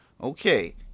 Okay